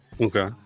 Okay